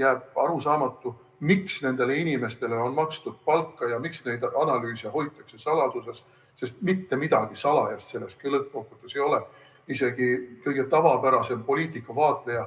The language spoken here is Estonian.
jääb arusaamatuks, miks nendele inimestele on makstud palka ja miks neid analüüse hoitakse saladuses, sest mitte midagi salajast selles lõppkokkuvõttes ei ole. Isegi kõige tavapärasem poliitikavaatleja